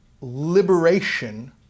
liberation